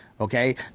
Okay